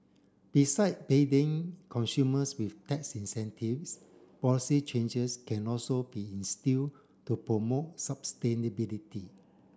beside baiting consumers with tax incentives policy changes can also be instilled to promote sustainability